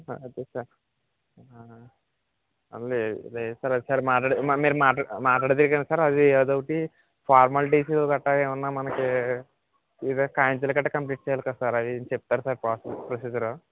ఆ అదే సార్ ఆ లేదు లేదు సార్ సార్ మాట్లాడే మీరు మాట్లాడే మాట్లాడారు కదా సార్ అదీ అది ఒకటి ఫార్మాలిటీసు గట్రా ఏమైనా మనకి ఈది కాయితాలు గట్రా కంప్లీట్ చెయ్యలి కదా సార్ అది ఏమైనా చెప్తారా సార్ ప్రోసెస్ ప్రొసీజరు